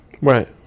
Right